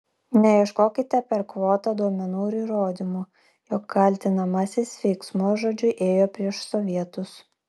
neieškokite per kvotą duomenų ir įrodymų jog kaltinamasis veiksmu ar žodžiu ėjo prieš sovietus